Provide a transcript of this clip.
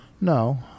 No